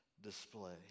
display